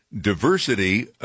diversity